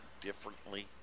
differently